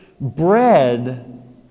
bread